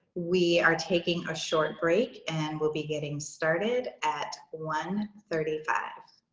we are taking a short break and will be getting started at one thirty five.